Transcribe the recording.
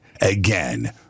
again